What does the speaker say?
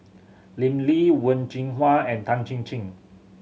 Lim Lee Wen Jinhua and Tan Chin Chin